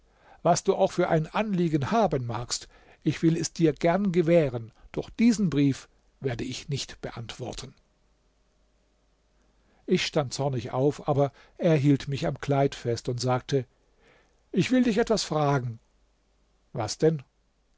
was du auch für ein anliegen haben magst ich will es dir gern gewähren doch diesen brief werde ich nicht beantworten ich stand zornig auf aber er hielt mich am kleid fest und sagte ich will dich etwas fragen was denn